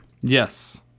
Yes